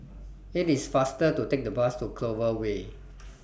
IT IS faster to Take The Bus to Clover Way